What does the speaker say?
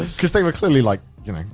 cause they were clearly like, you know,